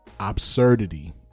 absurdity